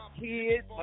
kids